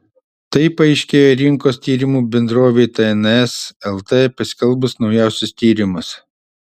tai paaiškėjo rinkos tyrimų bendrovei tns lt paskelbus naujausius tyrimus